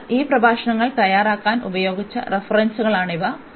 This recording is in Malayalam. അതിനാൽ ഈ പ്രഭാഷണങ്ങൾ തയ്യാറാക്കാൻ ഉപയോഗിച്ച റഫറൻസുകളാണ് ഇവ